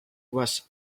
was